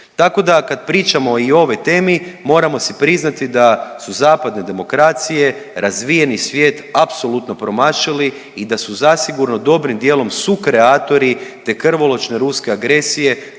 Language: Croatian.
Tako da kad pričamo i o ovoj temi moramo si priznati da su zapadne demokracije, razvijeni svijet apsolutno promašili i da su zasigurno dobrim dijelom sukreatori te krvoločne ruske agresije